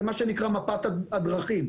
זה מה שנקרא מפת הדרכים.